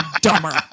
dumber